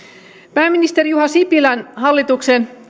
pääministeri juha sipilän hallituksen